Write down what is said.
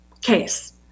case